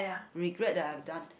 regret that I've done